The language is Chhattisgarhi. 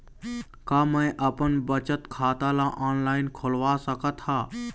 का मैं अपन बचत खाता ला ऑनलाइन खोलवा सकत ह?